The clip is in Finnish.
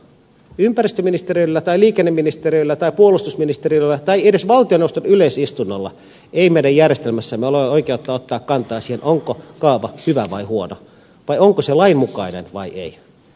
ympäristöministeriöllä tai liikenneministeriöllä tai puolustusministeriöllä tai edes valtioneuvoston yleisistunnolla ei meidän järjestelmässämme ole oikeutta ottaa kantaa siihen onko kaava hyvä vai huono tai onko se lainmukainen vai ei